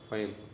Fine